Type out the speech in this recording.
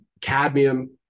cadmium